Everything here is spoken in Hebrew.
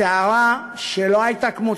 סערה שלא הייתה כמותה.